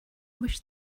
wish